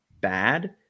bad